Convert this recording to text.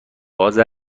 باز